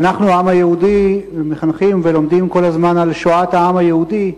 אנחנו העם היהודי מחנכים ולומדים כל הזמן על שואת העם היהודי.